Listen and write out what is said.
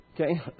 Okay